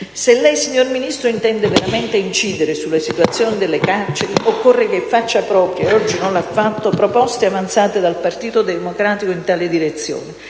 Se lei signor Ministro, intende veramente incidere sulla situazione delle carceri, occorre che faccia proprie (e oggi non l'ha fatto) proposte avanzate dal Partito Democratico in tale direzione: